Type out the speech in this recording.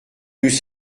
nous